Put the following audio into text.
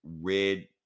Red